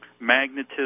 magnetism